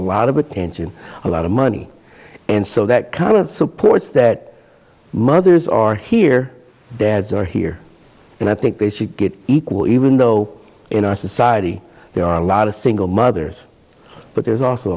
lot of attention a lot of money and so that kind of supports that mothers are here dads are here and i think they should get equal even though in our society there are a lot of single mothers but there's also